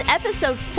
episode